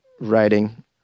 writing